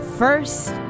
first